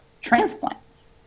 transplants